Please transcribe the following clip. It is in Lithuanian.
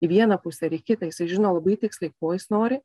į vieną pusę ar į kitą jisai žino labai tiksliai ko jis nori